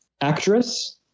actress